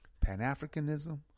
pan-Africanism